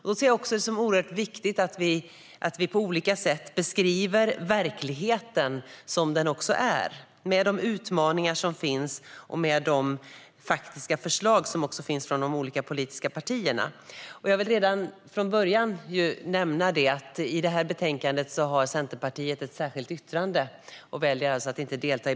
Jag ser det som oerhört viktigt att vi på olika sätt beskriver verkligheten som den är, med de utmaningar som finns och med de faktiska förslag som finns från de olika politiska partierna. Jag vill redan från början nämna att Centerpartiet har ett särskilt yttrande i betänkandet.